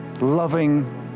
loving